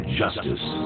justice